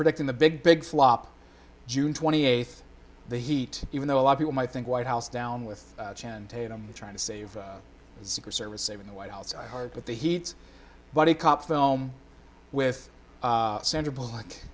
predicting the big big flop june twenty eighth the heat even though a lot people might think white house down with ten tatum trying to save the secret service saving the white house i heart with the heat buddy cop film with sandra bullock